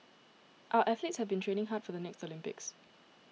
our athletes have been training hard for the next Olympics